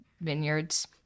vineyards